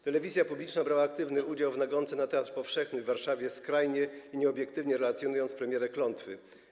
Telewizja publiczna brała aktywny udział w nagonce na Teatr Powszechny w Warszawie, skrajnie nieobiektywnie relacjonując premierę „Klątwy”